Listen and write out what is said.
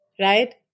right